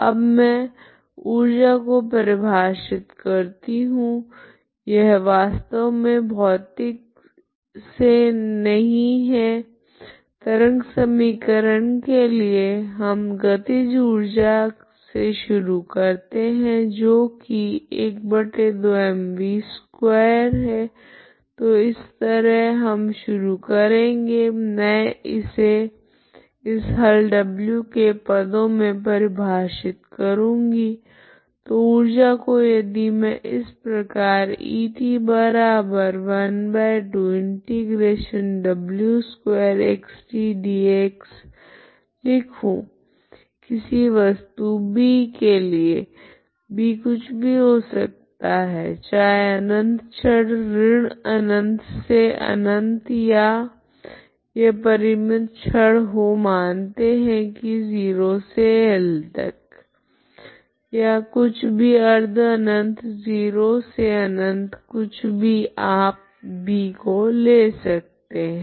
अब मैं ऊर्जा को परिभाषित करती हूँ यह वास्तव मे भौतिक से नहीं है तरंग समीकरण के लिए हम गतिज ऊर्जा से शुरू करते है जो की 12mv2 तो इस तरह हम शुरू करेगे मैं इसे इस हल w के पदों मे परिभाषित करूंगी तो ऊर्जा को यदि मैं इस प्रकार लिखूँ किसी वस्तु B के लिए B कुछ भी हो सकती है चाहे अनंत छड़ ऋण अनंत से अनंत या यह परिमित छड़ हो मानते है की 0 से L तक या कुछ भी अर्ध अनंत 0 से अनंत कुछ भी आप B को ले सकते है